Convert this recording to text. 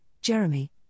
Jeremy